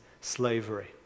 slavery